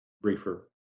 briefer